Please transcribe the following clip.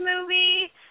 movie